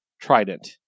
trident